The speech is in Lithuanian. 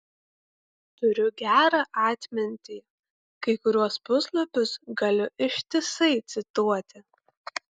turiu gerą atmintį kai kuriuos puslapius galiu ištisai cituoti